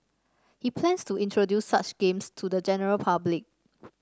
he plans to introduce such games to the general public